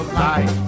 life